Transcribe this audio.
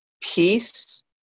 peace